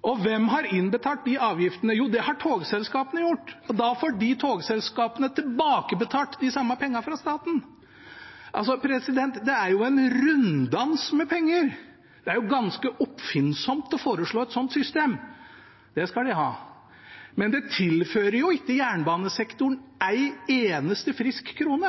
Og hvem har innbetalt de avgiftene? Jo, det har togselskapene gjort, og da får de togselskapene tilbakebetalt de samme pengene fra staten. Det er en runddans med penger – det er ganske oppfinnsomt å foreslå et sånt system, det skal de ha. Men det tilfører ikke jernbanesektoren en eneste frisk krone.